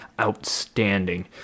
outstanding